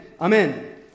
amen